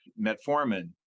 metformin